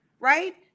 right